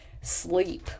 sleep